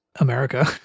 America